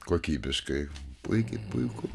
kokybiškai puikiai puiku